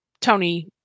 Tony